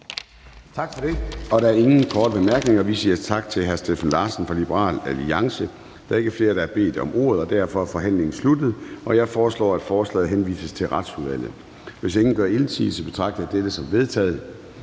Gade): Der er ingen korte bemærkninger, og vi siger tak til hr. Steffen Larsen fra Liberal Alliance. Der er ikke flere, der har bedt om ordet, og derfor er forhandlingen sluttet. Jeg foreslår, at forslaget til folketingsbeslutning henvises til Retsudvalget. Hvis ingen gør indsigelse, betragter jeg dette som vedtaget.